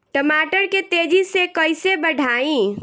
टमाटर के तेजी से कइसे बढ़ाई?